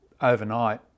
overnight